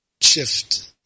shift